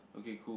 okay cool